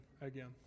again